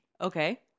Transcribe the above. okay